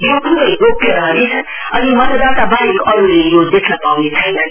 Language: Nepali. यो ख्बै गोप्य रहनेछ अनि मतदाताहरूबाहेक अरूले यो देख्न पाउने छैनन्